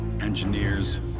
engineers